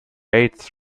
eighth